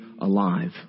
alive